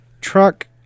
Truck